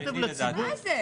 שני לדעתי.